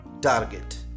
target